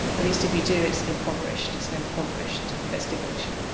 at least, if you do, it's impoverished it's an impoverished investigation.